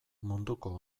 munduko